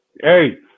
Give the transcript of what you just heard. Hey